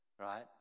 right